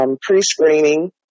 pre-screening